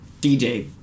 dj